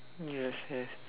yes yes